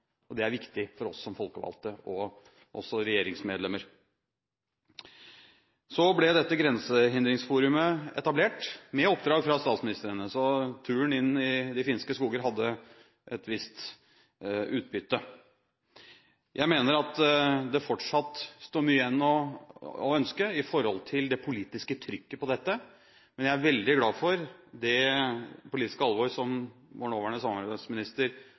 og det er viktig for oss som folkevalgte og regjeringsmedlemmer. Så ble dette grensehinderforumet etablert, med oppdrag fra statsministrene, så turen inn i de finske skoger hadde et visst utbytte. Jeg mener det fortsatt står mye igjen å ønske seg når det gjelder det politiske trykket på dette, men jeg er veldig glad for det politiske alvor som vår nåværende samarbeidsminister